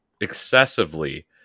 excessively